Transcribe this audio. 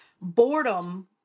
boredom